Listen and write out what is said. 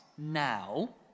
now